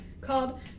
called